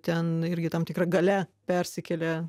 ten irgi tam tikra galia persikelia